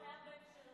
לא, 143,